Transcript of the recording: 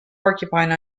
porcupine